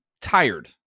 tired